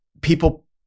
people